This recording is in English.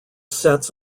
sets